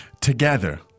Together